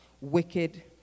wicked